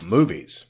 Movies